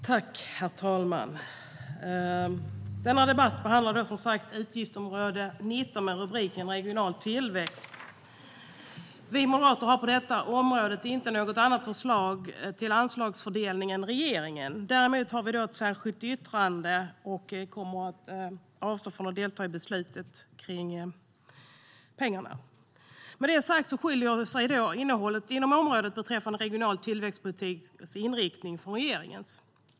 Herr talman! Denna debatt behandlar utgiftsområde 19 med rubriken Regional tillväxt . Vi moderater har på detta område inte något annat förslag till anslagsfördelning än regeringen. Däremot har vi ett särskilt yttrande och kommer att avstå från att delta i beslutet kring pengarna. Innehållet inom området beträffande den regionala tillväxtpolitikens inriktning skiljer sig från regeringens.